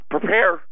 Prepare